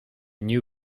new